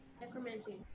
Necromancy